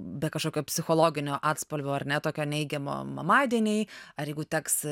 be kažkokio psichologinio atspalvio ar ne tokio neigiamo mamadieniai ar jeigu teks